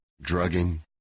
drugging